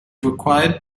required